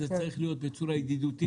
זה צריך להיות בצורה ידידותית,